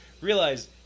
Realize